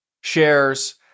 shares